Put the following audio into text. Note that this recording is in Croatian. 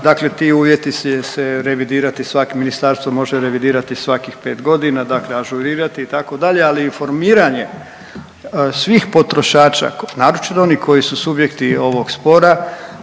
dakle ti uvjeti će se revidirati svak, ministarstvo može revidirati svakih 5.g., dakle ažurirati itd., ali informiranje svih potrošača, naročito oni koji su subjekti ovog spora